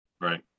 Right